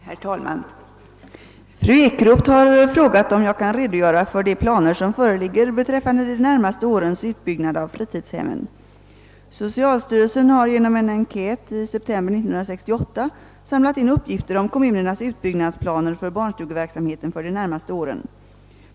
Herr talman! Fru Ekroth har frågat, om jag kan redogöra för de planer som föreligger beträffande de närmaste årens utbyggnad av fritidshemmen. Socialstyrelsen har genom en enkät i september 1968 samlat in uppgifter om kommunernas utbyggnadsplaner för barnstugeverksamheten för de närmaste åren.